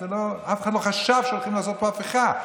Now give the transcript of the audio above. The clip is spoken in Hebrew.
אף אחד לא חשב שהולכים לעשות פה הפיכה.